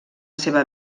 seva